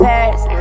Paris